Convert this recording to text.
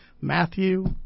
Matthew